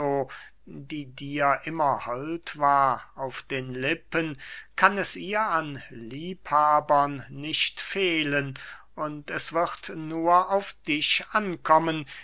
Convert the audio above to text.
die dir immer hold war auf den lippen kann es ihr an liebhabern nicht fehlen und es wird nur auf dich ankommen